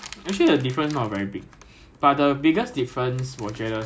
those who miss at the start 我觉得还好我觉得 lah 我觉得 I I'm not sure